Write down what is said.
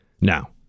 now